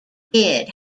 did